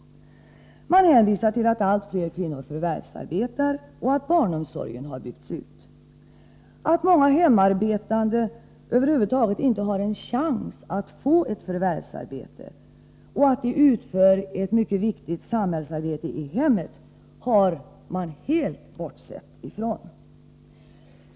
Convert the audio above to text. Man hänvisar till att allt fler kvinnor förvärvsarbetar och att barnomsorgen har byggts ut. Att många hemarbetande över huvud taget inte har en chans att få ett förvärvsarbete och att de utför ett mycket viktigt samhällsarbete i hemmet har man helt bortsett ifrån.